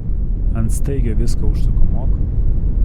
ant staigio viską užsukam ok